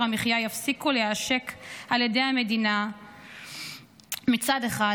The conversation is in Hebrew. המחיה יפסיקו להיעשק על ידי המדינה מצד אחד,